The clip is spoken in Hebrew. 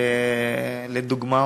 לדוגמה,